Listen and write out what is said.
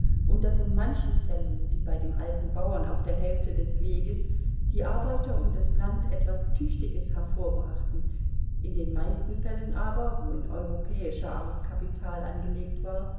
und daß in manchen fällen wie bei dem alten bauern auf der hälfte des weges die arbeiter und das land etwas tüchtiges hervorbrachten in den meisten fällen aber wo in europäischer art kapital angelegt war